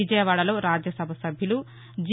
విజయవాడలో రాజ్యసభ సభ్యులు జి